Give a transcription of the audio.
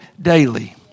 daily